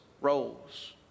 roles